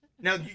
Now